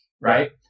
right